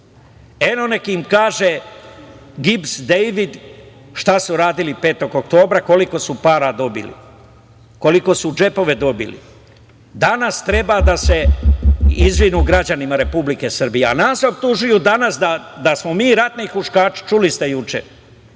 neka im kaže Dejvid Gibs šta su radili 5. oktobra, koliko su para dobili, koliko su u džepove dobili? Danas treba da se izvinu građanima Republike Srbije, a nas optužuju danas da smo mi ratni huškači, čuli ste